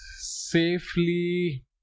safely